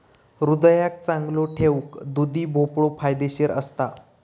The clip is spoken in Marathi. हृदयाक चांगलो ठेऊक दुधी भोपळो फायदेशीर असता